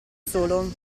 solo